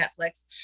Netflix